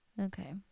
Okay